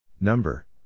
Number